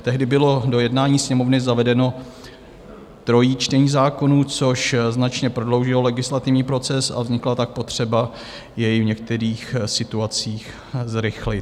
Tehdy bylo do jednání Sněmovny zavedeno trojí čtení zákonů, což značně prodloužilo legislativní proces, a vznikla tak potřeba jej v některých situacích zrychlit.